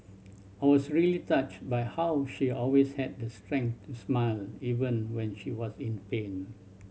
I was really touched by how she always had the strength to smile even when she was in pain